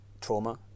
trauma